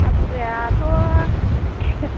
हाजिरायाथ'